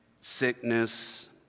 sickness